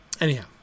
anyhow